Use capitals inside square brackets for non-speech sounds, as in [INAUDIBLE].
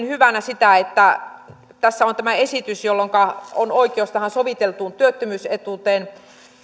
[UNINTELLIGIBLE] hyvänä myöskin sitä että tässä on tämä esitys että on oikeus tähän soviteltuun työttömyysetuuteen